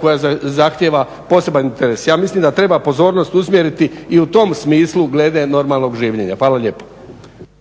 koja dakle zahtjeva poseban interes. Ja mislim da treba pozornost usmjeriti i u tom smislu glede normalnog življenja. Hvala lijepo.